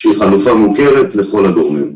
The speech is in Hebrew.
שהיא חלופה שמוכרת לכל הגורמים.